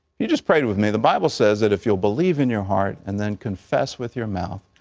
you just prayed with me, the bible says that if you will believe in your heart and then confess with your mouth,